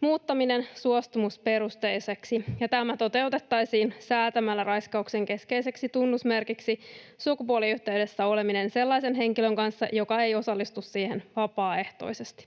muuttaminen suostumusperusteiseksi, ja tämä toteutettaisiin säätämällä raiskauksen keskeiseksi tunnusmerkiksi sukupuoliyhteydessä oleminen sellaisen henkilön kanssa, joka ei osallistu siihen vapaaehtoisesti.